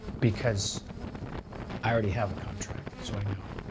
because i already have a contract so i know.